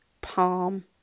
palm